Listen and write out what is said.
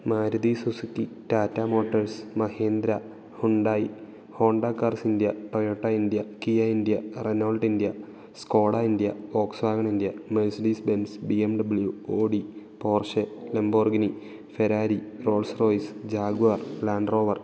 Maruti Suzuki Tata Motors Mahindra Hyundai Honda Cars India Toyota India Kia India Renault India Skoda India Volkswagen India Mercedes Benz B M W D Porsche Lamborghini Ferrari Rolls Royce Jaguar Land rover